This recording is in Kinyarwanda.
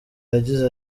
yagize